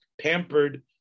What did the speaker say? pampered